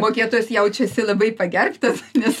mokėtojas jaučiasi labai pagerbtas nes